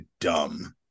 dumb